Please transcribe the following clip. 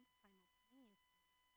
simultaneously